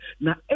Now